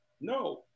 No